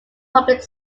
public